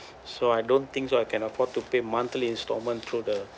so I don't think so I can afford to pay monthly instalment through the